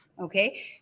Okay